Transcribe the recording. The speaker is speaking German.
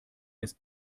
ist